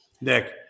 Nick